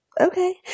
Okay